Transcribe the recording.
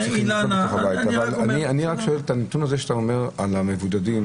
אני רק שואל על המבודדים